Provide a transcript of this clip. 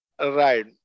Right